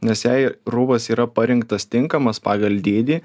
nes jei rūbas yra parinktas tinkamas pagal dydį